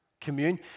commune